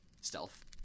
stealth